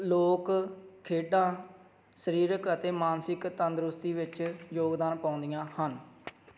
ਲੋਕ ਖੇਡਾਂ ਸਰੀਰਕ ਅਤੇ ਮਾਨਸਿਕ ਤੰਦਰੁਸਤੀ ਵਿੱਚ ਯੋਗਦਾਨ ਪਾਉਂਦੀਆਂ ਹਨ